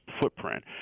footprint